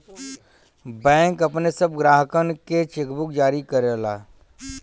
bank अपने सब ग्राहकनके चेकबुक जारी करला